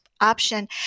Option